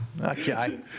Okay